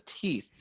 teeth